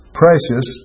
precious